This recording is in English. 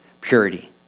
purity